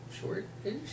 short-ish